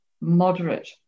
moderate